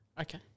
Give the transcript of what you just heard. Okay